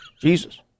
Jesus